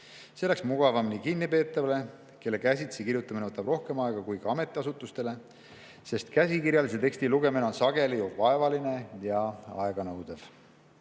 See oleks mugavam nii kinnipeetavale, kelle jaoks käsitsi kirjutamine võtab rohkem aega, kui ka ametiasutustele, sest käsikirjalise teksti lugemine on sageli vaevaline ja aeganõudev.